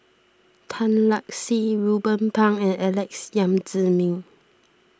Tan Lark Sye Ruben Pang and Alex Yam Ziming